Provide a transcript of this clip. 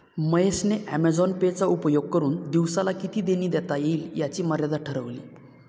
महेश ने Amazon Pay चा उपयोग करुन दिवसाला किती देणी देता येईल याची मर्यादा ठरवली